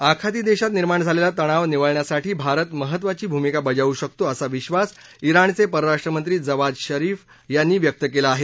आखाती देशात निर्माण झालेला तणाव निवळण्यासाठी भारत महत्त्वाची भूमिका बजावू शकतो असा विबास इराणचे परराष्ट्रमंत्री जवाद झरीफ यांनी व्यक्त केला आहे